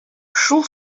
шул